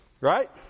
Right